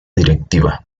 directiva